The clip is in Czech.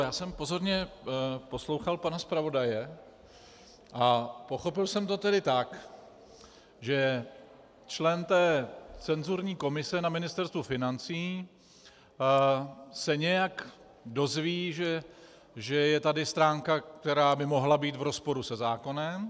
Já jsem pozorně poslouchal pana zpravodaje a pochopil jsem to tedy tak, že člen té cenzurní komise na Ministerstvu financí se nějak dozví, že je tady stránka, která by mohla být v rozporu se zákonem.